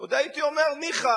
עוד הייתי אומר: ניחא,